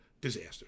disaster